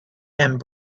and